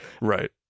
Right